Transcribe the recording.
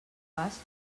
pas